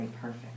perfect